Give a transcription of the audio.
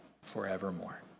forevermore